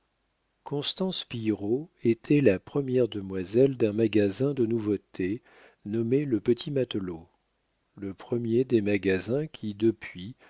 constance pillerault était la première demoiselle d'un magasin de nouveautés nommé le petit matelot le premier des magasins qui depuis